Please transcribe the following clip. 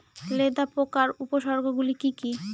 লেদা পোকার উপসর্গগুলি কি কি?